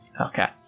Okay